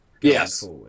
Yes